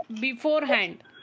beforehand